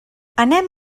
anem